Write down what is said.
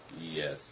Yes